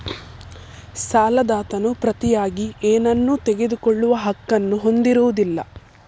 ಸಾಲದಾತನು ಪ್ರತಿಯಾಗಿ ಏನನ್ನೂ ತೆಗೆದುಕೊಳ್ಳುವ ಹಕ್ಕನ್ನು ಹೊಂದಿರುವುದಿಲ್ಲ